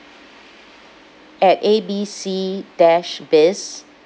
at A B C dash biz